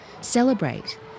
celebrate